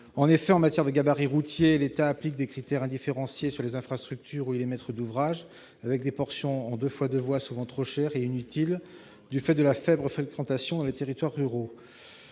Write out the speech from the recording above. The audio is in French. En effet, en matière de gabarits routiers, l'État applique des critères indifférenciés sur les infrastructures où il est maître d'ouvrage, avec des portions en 2x2 voies souvent trop chères et inutiles du fait de la faible fréquentation dans les territoires ruraux.